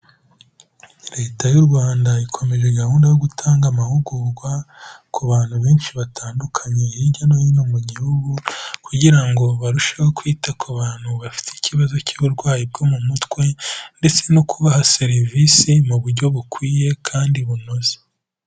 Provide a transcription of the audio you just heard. Leta y'u Rwanda ikomeje gahunda yo gutanga amahugurwa ku bantu benshi batandukanye, hirya no hino mu gihugu kugira ngo barusheho kwita ku bantu bafite ikibazo cy'uburwayi bwo mu mutwe ,ndetse no kubaha serivisi mu buryo bukwiye kandi bunoze.